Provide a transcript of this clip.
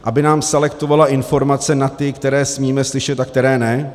Aby nám selektovala informace na ty, které smíme slyšet a které ne?